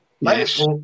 Yes